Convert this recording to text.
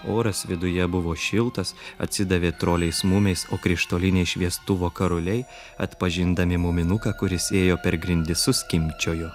oras viduje buvo šiltas atsidavė troliais mumiais o krištoliniai šviestuvo karuliai atpažindami muminuką kuris ėjo per grindis suskimbčiojo